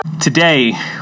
Today